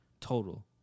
Total